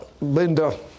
Linda